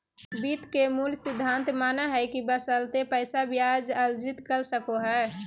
वित्त के मूल सिद्धांत मानय हइ कि बशर्ते पैसा ब्याज अर्जित कर सको हइ